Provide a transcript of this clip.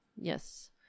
Yes